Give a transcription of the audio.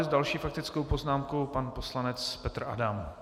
S další faktickou poznámkou pan poslanec Petr Adam.